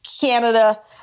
Canada